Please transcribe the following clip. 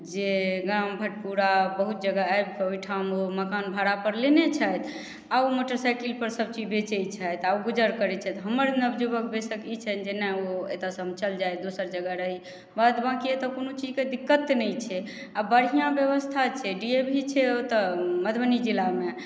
जे गाम भटपुरा बहुत जगह आबिके ओहिठाम ओ मकान भाड़ा पर लेने छथि आ ओ मोटरसाइकिल पर सभ चीज बेचै छथि आ गुजर करै छथि हमर नवजुवक बैसल ई छथि कि नहि एतय से हम चलि जाइ दोसर जगह रही बात बाँकि एतय कोनो चीजके दिक्कत तऽ नहि छै आ बढ़िऑं व्यवस्था छै डी ए वी छै ओतौ मधुबनी जिलामे